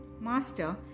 Master